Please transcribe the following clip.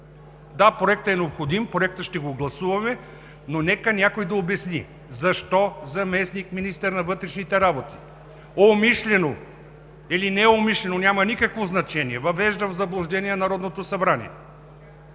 Да, проектът е необходим, ще го гласуваме, но нека някой да обясни защо заместник-министърът на вътрешните работи умишлено или неумишлено – няма никакво значение – въвежда в заблуждение Народното събрание?